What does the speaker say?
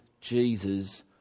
Jesus